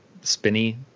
spinny